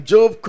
Job